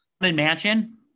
Mansion